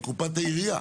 מקופת העירייה.